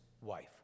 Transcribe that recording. wife